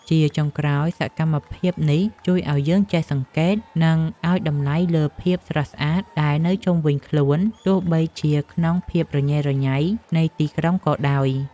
ជាចុងក្រោយ សកម្មភាពនេះជួយឱ្យយើងចេះសង្កេត និងឱ្យតម្លៃលើភាពស្រស់ស្អាតដែលនៅជុំវិញខ្លួន ទោះបីជាក្នុងភាពរញ៉េរញ៉ៃនៃទីក្រុងក៏ដោយ។